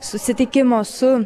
susitikimo su